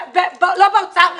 לא באוצר,